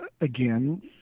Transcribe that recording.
Again